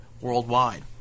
worldwide